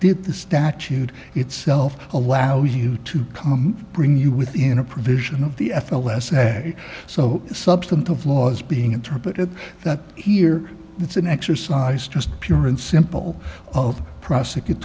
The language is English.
did the statute itself allow you to come bring you within a provision of the f l s say so substantive laws being interpreted that here it's an exercise just pure and simple of prosecut